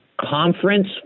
conference